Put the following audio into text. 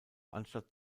anstatt